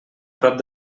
prop